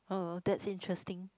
oh that's interesting